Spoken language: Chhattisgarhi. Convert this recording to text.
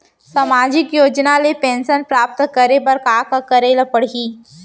सामाजिक योजना ले पेंशन प्राप्त करे बर का का करे ल पड़ही?